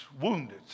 wounded